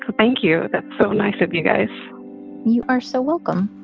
thank you. that's so nice of you guys you are so welcome